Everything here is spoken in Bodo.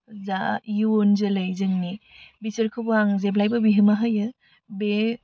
जा इयुन जोलै जोंनि बिसोरखौबो आं जेब्लायबो बिहोमा होयो बे